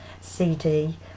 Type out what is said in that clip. CD